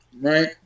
right